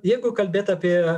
jeigu kalbėt apie